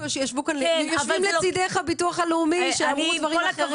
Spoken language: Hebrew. יושבים לצדך הביטוח הלאומי שאמרו דברים אחרים.